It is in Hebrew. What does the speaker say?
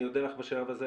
אני מודה לך בשלב הזה.